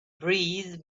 breeze